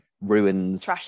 ruins